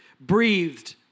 breathed